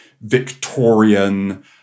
Victorian